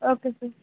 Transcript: okay sir